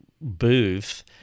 Booth